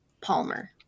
Palmer